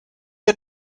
had